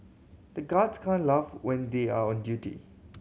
the guards can laugh when they are on duty